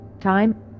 time